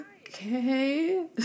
Okay